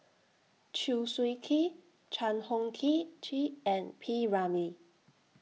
Chew Swee Kee Chan Heng Key Chee and P Ramlee